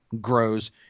grows